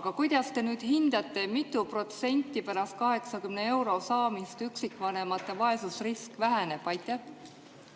Aga kuidas te nüüd hindate, mitu protsenti pärast 80 euro saamist üksikvanemate vaesusrisk väheneb? Suur